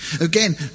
Again